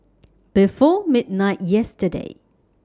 before midnight yesterday